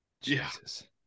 Jesus